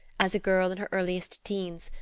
as a girl in her earliest teens,